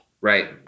Right